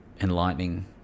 enlightening